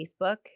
Facebook